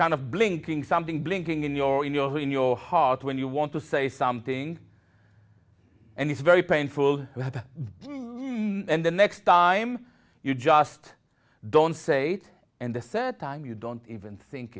kind of blinking something blinking in your in your in your heart when you want to say something and it's very painful and the next time you just don't say it and the third time you don't even think